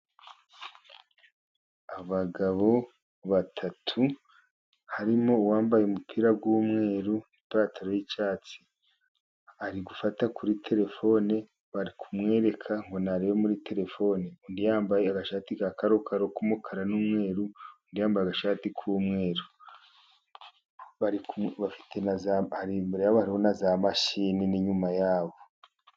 Abagabo batatu harimo uwambaye umupira w'umweru n'ipantaro y'icyatsi, ari gufata kuri terefone bari kumwereka ngo narebe muri terefone. Undi yambaye agashati ka karokaro k'umukara n'umweru, undi yambaye agashati k'umweru. Imbere yabo hariho na za mashine n'inyuma yabo.